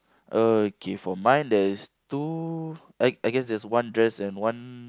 okay for mine there is two I I guess there's one dress and one